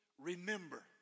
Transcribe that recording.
remember